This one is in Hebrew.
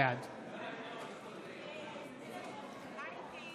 בעד מנסור עבאס,